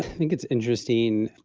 think it's interesting.